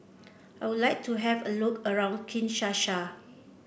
I would like to have a look around Kinshasa